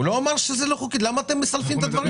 הוא לא אמר זאת, למה אתם מסלפים את דבריו?